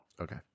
Okay